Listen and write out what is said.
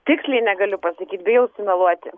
tiksliai negaliu pasakyt bijau sumeluoti